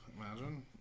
imagine